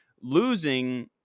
Losing –